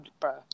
bruh